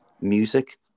music